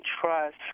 trust